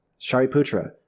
Shariputra